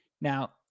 Now